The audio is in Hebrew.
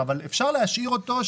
אפשר להשאיר את הצעת החוק,